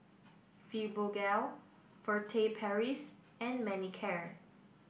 Fibogel Furtere Paris and Manicare